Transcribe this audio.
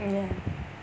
ya